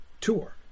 tour